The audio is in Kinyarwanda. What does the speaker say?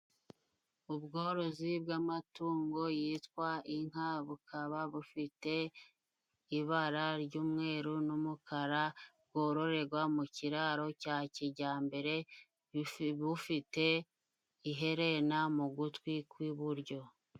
Ubworozi bw'amatungo yitwa inka bukaba bufite ibara ry'umweru n'umukara bwororerwa mu kiraro cya kijyambere bufite iherena mu gutwi kw'iburyo.